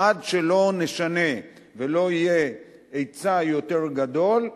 עד שלא נשנה ולא יהיה היצע יותר גדול,